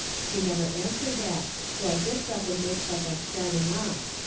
she never answered that, so i gets up and makes like i am starting off.